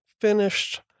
finished